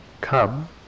come